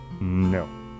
No